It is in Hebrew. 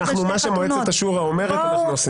מה שמועצת השורא אומרת, אנחנו עושים.